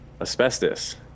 asbestos